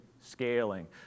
scaling